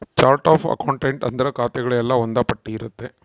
chart of account ಅಂದ್ರೆ ಖಾತೆಗಳು ಎಲ್ಲ ಒಂದ್ ಪಟ್ಟಿ ಇರುತ್ತೆ